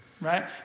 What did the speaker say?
right